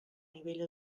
nivell